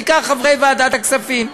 בעיקר חברי ועדת הכספים.